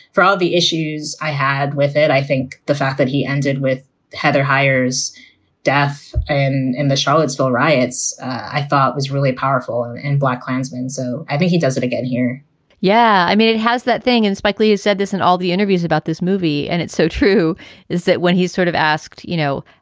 for all the issues i had with it. i think the fact that he ended with heather hyers death and the charlottesville riots, i thought was really powerful and in black clansman. so i think he does it again here yeah. i mean, it has that thing. and spike lee has said this in all the interviews about this movie. and it's so true is that when he sort of asked, you know,